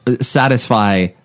satisfy